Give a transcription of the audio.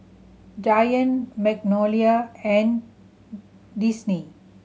Giant Magnolia and Disney